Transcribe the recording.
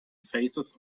faces